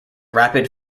rapid